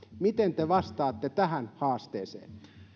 miten te vastaatte tähän haasteeseen